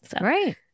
Right